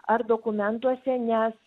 ar dokumentuose nes